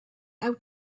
out